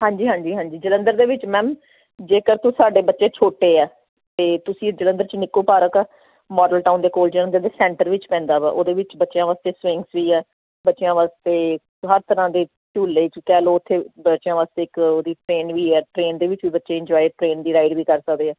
ਹਾਂਜੀ ਹਾਂਜੀ ਹਾਂਜੀ ਜਲੰਧਰ ਦੇ ਵਿੱਚ ਮੈਮ ਜੇਕਰ ਤਾਂ ਸਾਡੇ ਬੱਚੇ ਛੋਟੇ ਆ ਤਾਂ ਤੁਸੀਂ ਜਲੰਧਰ 'ਚ ਨਿੱਕੂ ਪਾਰਕ ਮਾਡਲ ਟਾਊਨ ਦੇ ਕੋਲ ਜਾਂਦੇ ਸੈਂਟਰ ਵਿੱਚ ਪੈਂਦਾ ਵਾ ਉਹਦੇ ਵਿੱਚ ਬੱਚਿਆਂ ਵਾਸਤੇ ਸਵਿੰਗ ਵੀ ਹੈ ਬੱਚਿਆਂ ਵਾਸਤੇ ਹਰ ਤਰ੍ਹਾਂ ਦੇ ਝੂਲੇ 'ਚ ਕਹਿ ਲਓ ਉੱਥੇ ਬੱਚਿਆਂ ਵਾਸਤੇ ਇੱਕ ਉਹਦੀ ਟ੍ਰੇਨ ਵੀ ਹੈ ਟਰੇਨ ਦੇ ਵਿੱਚ ਵੀ ਬੱਚੇ ਇੰਜੋਏ ਟਰੇਨ ਦੀ ਰਾਈਡ ਵੀ ਕਰ ਸਕਦੇ ਆ